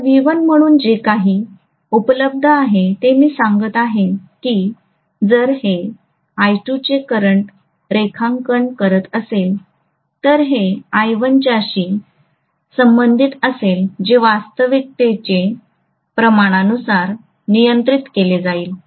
आता V1 म्हणून जे काही उपलब्ध आहे ते मी सांगत आहे की जर हे I2 चे करंट रेखांकन करत असेल तर हे I1 च्याशी संबंधित असेल जे वास्तविकतेचे प्रमाणानुसार नियंत्रित केले जाईल